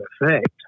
effect